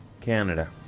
Canada